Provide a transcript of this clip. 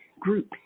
Group